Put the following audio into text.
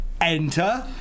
enter